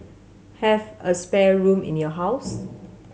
have a spare room in your house